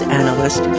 analyst